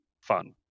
fun